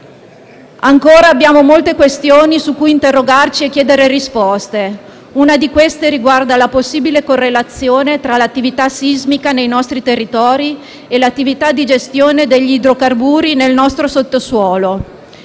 Ancora abbiamo molte questioni su cui interrogarci e chiedere risposte, una di queste riguarda la possibile correlazione tra l'attività sismica nei nostri territori e l'attività di gestione degli idrocarburi nel nostro sottosuolo.